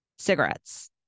Cigarettes